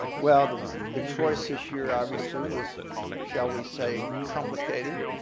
well the the choice this year obviously was shall we say complicated?